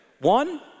One